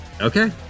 Okay